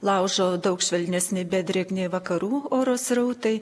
laužo daug švelnesni bet drėgni vakarų oro srautai